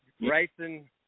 Racing